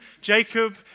Jacob